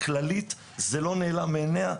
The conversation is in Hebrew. הכללית, זה לא נעלם מעיניה.